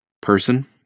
person